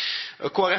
har